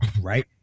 right